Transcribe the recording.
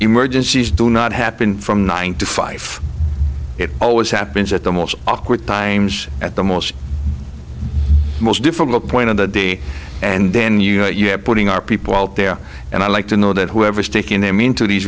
emergencies do not happen from nine to five it always happens at the most awkward times at the most most difficult point of the day and then you're putting our people out there and i like to know that whoever sticking them into these